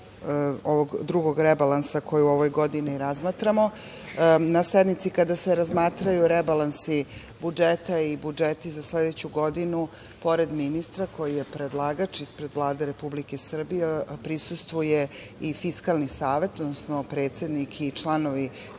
drugog rebalansa koji u ovoj godini razmatramo. Na sednici kada se razmatraju rebalansi budžeta i budžeti za sledeću godinu, pored ministra, koji je predlagač ispred Vlade Republike Srbije, prisustvuje i Fiskalni savet, odnosno predsednik i članovi